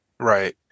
Right